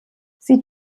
sie